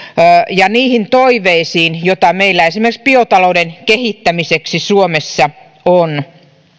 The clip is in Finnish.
ja niihin toiveisiin joita meillä esimerkiksi biotalouden kehittämiseksi suomessa on